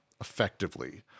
effectively